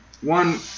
one